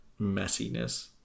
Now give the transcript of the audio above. messiness